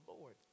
Lord